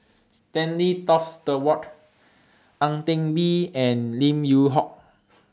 Stanley Toft Stewart Ang Teck Bee and Lim Yew Hock